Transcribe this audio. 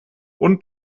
und